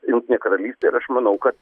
jungtinė karalystė ir aš manau kad